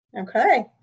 okay